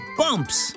bumps